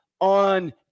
on